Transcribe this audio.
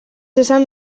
esan